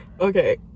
okay